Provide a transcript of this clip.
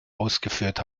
ausgeführt